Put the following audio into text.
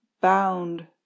bound